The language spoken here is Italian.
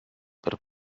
per